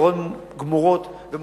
אבל בעיקרון התשתיות גמורות ומושלמות.